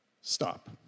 Stop